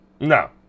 No